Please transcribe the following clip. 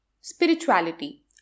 spirituality